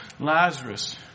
Lazarus